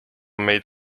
meid